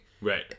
Right